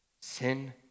Sin